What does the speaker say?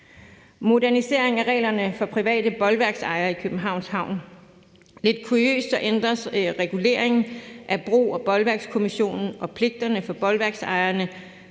Modernisering af reglerne for private bolværksejere i Københavns Havn: Lidt kuriøst flyttes regulering af bro- og bolværkskommissionen og pligterne for bolværksejerne